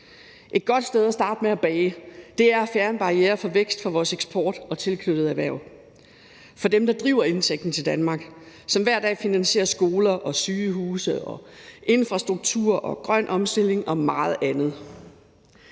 Et godt sted at starte med at bage er at fjerne barrierer for vækst for vores eksport og tilknyttede erhverv, altså for dem, der driver indtægten til Danmark, og som hver dag finansierer skoler, sygehuse, infrastruktur og grøn omstilling og meget andet.